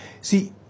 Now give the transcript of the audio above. See